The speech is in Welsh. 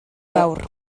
fawr